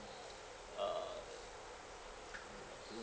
uh